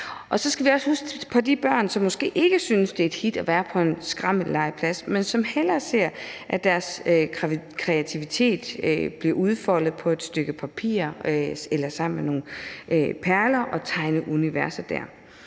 Så skal vi også huske på de børn, som måske ikke synes, det er et hit at være på en skrammellegeplads, men som hellere ser, at deres kreativitet bliver udfoldet på et stykke papir, med nogle perler eller i et tegneunivers. Det